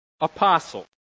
apostle